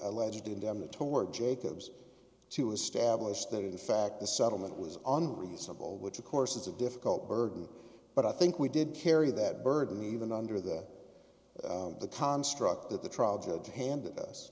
alleged indemnity toward jacobs to establish that in fact the settlement was unreasonable which of course is a difficult burden but i think we did carry that burden even under the the construct that the trial judge handed